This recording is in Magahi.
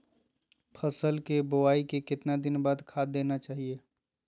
फसल के बोआई के कितना दिन बाद खाद देना चाइए?